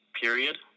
period